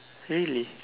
really